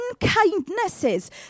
unkindnesses